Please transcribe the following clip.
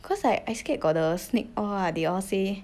cause I I scared got the snake all ah they all say